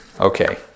Okay